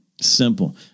simple